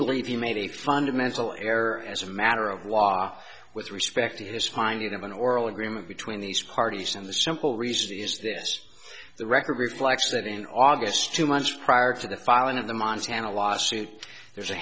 believe he made a fundamental error as a matter of why with respect to his finding of an oral agreement between these parties and the simple reason is this the record reflects that in august two months prior to the filing of the montana lawsuit there's a